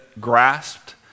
grasped